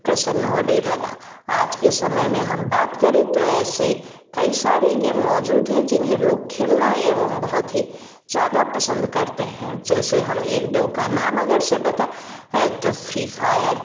पसंद होने लगा आज के समय में हम बात करें तो ऐसे कई सारे गेम मौजूद हैं जिन्हें लोग खेलना एवं बहुत ही ज़्यादा पसंद करते हैं जैसे हम एक दो का नाम अगरचे बताऍं तो फ्री फायर